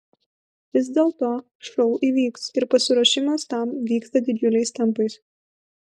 vis dėlto šou įvyks ir pasiruošimas tam vyksta didžiuliais tempais